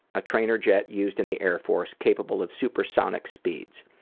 a trainer jet used in the air force capable of supersonic speeds.